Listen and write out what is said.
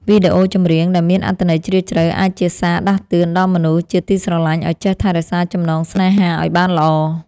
វីដេអូចម្រៀងដែលមានអត្ថន័យជ្រាលជ្រៅអាចជាសារដាស់តឿនដល់មនុស្សជាទីស្រឡាញ់ឱ្យចេះថែរក្សាចំណងស្នេហាឱ្យបានល្អ។